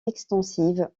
extensive